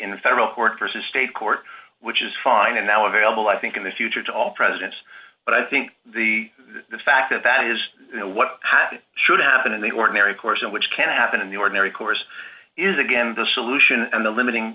in federal court versus state court which is fine and now available i think in the future to all presidents but i think the the fact that that is what should happen in the ordinary course in which can happen in the ordinary course is again the solution and the limiting